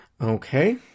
Okay